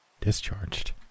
Discharged